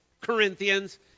Corinthians